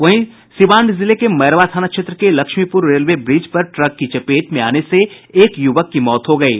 वहीं सीवान जिले के मैरवा थाना क्षेत्र के लक्ष्मीपुर रेलवे ब्रिज पर ट्रक की चपेट में आने से एक युवक की मौत हो गयी